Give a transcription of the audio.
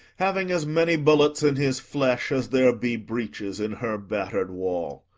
having as many bullets in his flesh as there be breaches in her batter'd wall.